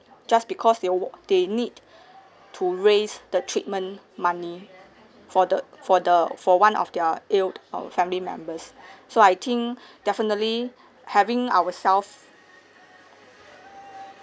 just because they were they need to raise the treatment money for the for the for one of their ill uh family members so I think definitely having ourselves